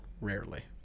Rarely